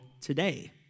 today